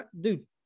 Dude